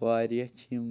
واریاہ چھِ یِم